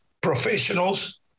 Professionals